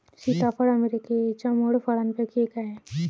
सीताफळ अमेरिकेच्या मूळ फळांपैकी एक आहे